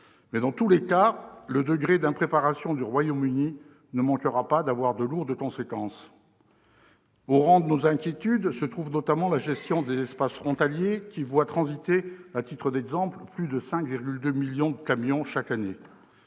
2019. Dans tous les cas, le degré d'impréparation du Royaume-Uni ne manquera pas d'avoir de lourdes conséquences. Au rang de nos inquiétudes se trouve notamment la gestion des espaces frontaliers qui voient transiter, à titre d'exemple, plus de 5,2 millions de camions chaque année.